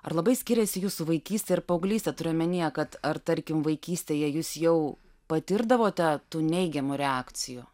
ar labai skiriasi jūsų vaikystė ir paauglystė turiu omenyje kad ar tarkim vaikystėje jūs jau patirdavote tų neigiamų reakcijų